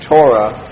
Torah